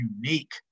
unique